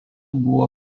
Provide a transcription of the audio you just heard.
buvo